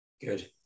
good